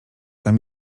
tam